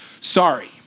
sorry